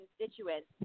constituents